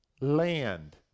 land